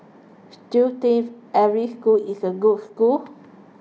still thief every school is a good school